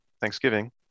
Thanksgiving